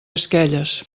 esquelles